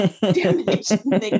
damnation